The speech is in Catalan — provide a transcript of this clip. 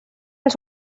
els